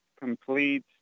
complete